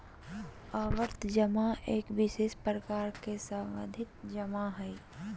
आवर्ती जमा एक विशेष प्रकार के सावधि जमा हइ